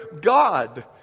God